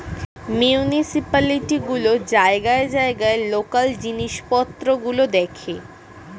municipality গুলো জায়গায় জায়গায় লোকাল জিনিসপত্র গুলো দেখে